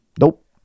nope